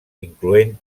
incloent